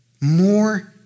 more